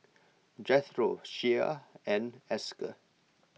Jethro Shea and Esker